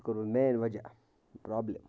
یہِ چھُ کوٚرمُت مین وَجہ پرٛابلِم